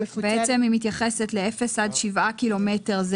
בעצם היא מתייחסת לאפס עד שבעה קילומטר,